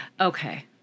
Okay